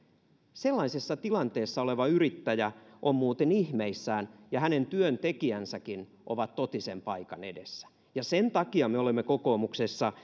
sellaisessa tilanteessa oleva yrittäjä on muuten ihmeissään ja hänen työntekijänsäkin ovat totisen paikan edessä ja sen takia me olemme kokoomuksessa